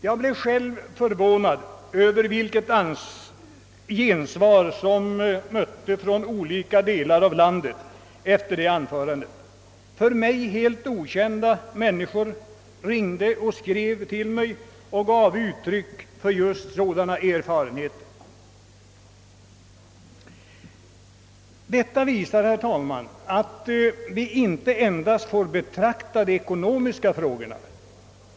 Jag blev själv förvånad över det gensvar som mitt anförande mötte i olika delar av landet. För mig helt okända människor ringde och skrev till mig och vittnade om liknande erfarenheter. Detta visar, herr talman, att vi inte endast bör ta hänsyn till de ekonomiska frågorna.